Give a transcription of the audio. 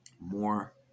more